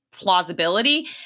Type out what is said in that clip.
plausibility